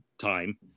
time